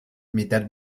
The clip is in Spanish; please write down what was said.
mitad